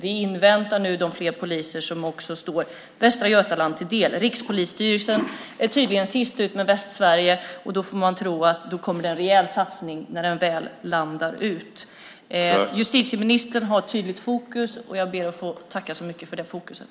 Vi inväntar nu de ytterligare poliser som kommer Västra Götaland till del. Rikspolisstyrelsen är tydligen sist ut med Västsverige. Vi får tro att det kommer en rejäl satsning när den väl kommer. Justitieministern har tydligt fokus på detta. Jag ber att få tacka för det.